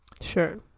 Sure